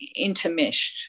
intermeshed